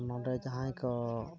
ᱱᱚᱸᱰᱮ ᱡᱟᱦᱟᱸᱭ ᱠᱚ